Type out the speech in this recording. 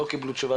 לא קיבלו תשובה,